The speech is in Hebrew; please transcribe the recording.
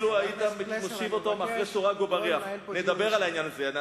חבר הכנסת פלסנר, אני מבקש לא לנהל פה דיון.